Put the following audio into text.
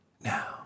now